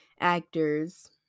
actors